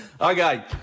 Okay